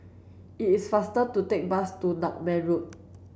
it is faster to take the bus to Nutmeg Road